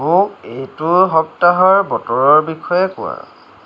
মোক এইটো সপ্তাহৰ বতৰৰ বিষয়ে কোৱা